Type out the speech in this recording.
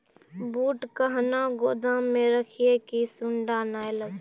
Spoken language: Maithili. बूट कहना गोदाम मे रखिए की सुंडा नए लागे?